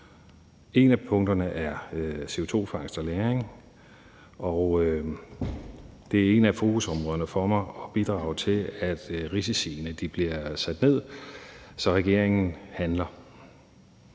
Et af punkterne er CO2-fangst og -lagring, og det er et af fokusområderne for mig at bidrage til, at risiciene bliver sat ned. Så regeringen handler.